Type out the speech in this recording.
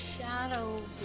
shadow